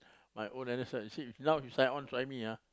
my own N_S you see if now you sign on try me ah